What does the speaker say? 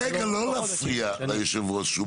רגע, לא להפריע ליושב הראש.